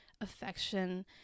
affection